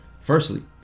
Firstly